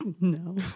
No